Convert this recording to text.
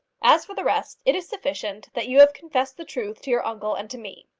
as for the rest, it is sufficient that you have confessed the truth to your uncle and to me.